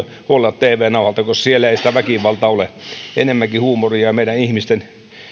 huoletta tv nauhalta kun siellä ei sitä väkivaltaa ole enemmänkin huumoria ja meidän ihmisten